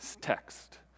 text